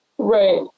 Right